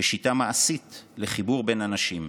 כשיטה מעשית לחיבור בין אנשים,